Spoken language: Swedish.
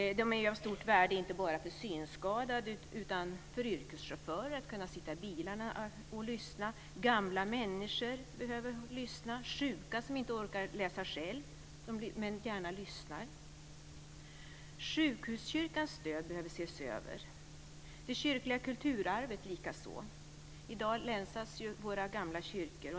De är av stort värde inte bara för synskadade utan också för yrkeschaufförer, som kan sitta i bilen och lyssna. Gamla människor behöver lyssna. Sjuka som inte själva orkar läsa lyssnar gärna. Sjukhuskyrkans stöd behöver ses över, och det kyrkliga kulturarvet likaså. I dag länsas våra gamla kyrkor.